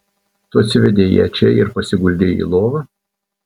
tu atsivedei ją čia ir pasiguldei į lovą